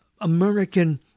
American